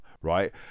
right